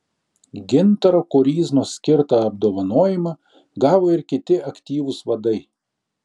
gintaro koryznos skirtą apdovanojimą gavo ir kiti aktyvūs vadai